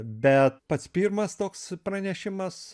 bet pats pirmas toks pranešimas